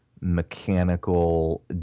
mechanical